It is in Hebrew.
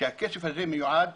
החסם המרכזי ביותר